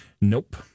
Nope